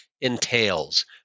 entails